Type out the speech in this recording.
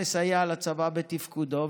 לסייע לצבא בתפקודו,